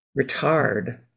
retard